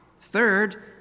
Third